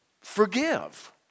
forgive